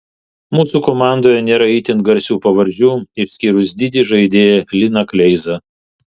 mūsų komandoje nėra itin garsių pavardžių išskyrus didį žaidėją liną kleizą